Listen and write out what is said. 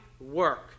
work